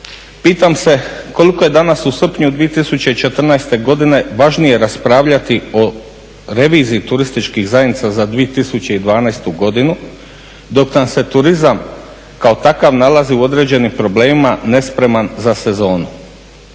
pitam se koliko je danas u srpnju 2014. godine važnije raspravljati o reviziji turističkih zajednica za 2012. godinu dok nam se turizam kao takav nalazi u određenim problemima nespreman za sezonu.